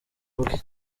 bwe